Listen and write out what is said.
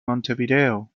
montevideo